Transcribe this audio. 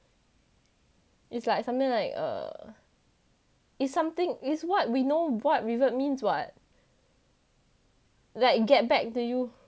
it's like something like err it's something is what we know what revert means [what] like you get back to you